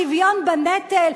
שוויון בנטל,